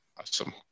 awesome